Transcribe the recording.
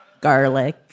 garlic